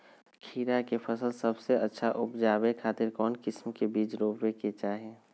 खीरा के फसल सबसे अच्छा उबजावे खातिर कौन किस्म के बीज रोपे के चाही?